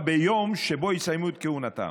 ביום שבו יסיימו את כהונתם.